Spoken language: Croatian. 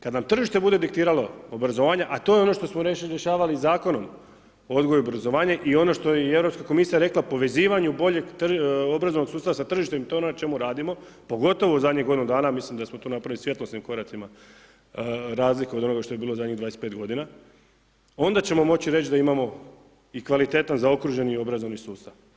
Kada nam tržište bude diktiralo obrazovanje a to je ono što smo rješavali Zakonom o odgoju i obrazovanju i ono što je i Europska komisija rekla povezivanju boljeg obrazovanog sustava sa tržištem i to je ono na čemu radimo, pogotovo u zadnjih godinu dana, mislim da smo to napravili svjetlosnim koracima razliku od onoga što je bilo zadnjih 25 godina onda ćemo moći reći da imamo i kvalitetan zaokruženi i obrazovni sustav.